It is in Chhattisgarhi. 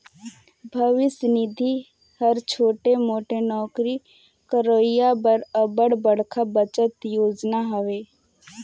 भविस निधि हर छोटे मोटे नउकरी करोइया बर अब्बड़ बड़खा बचत योजना हवे